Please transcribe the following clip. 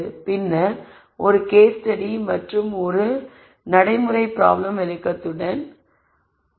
பின்னர் ஒரு case study மற்றும் ஒரு நடைமுறை பிராப்ளம் விளக்கத்துடன் முடிப்போம்